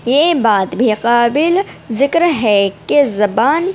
یہ بات بھی قابلِ ذکر ہے کہ زبان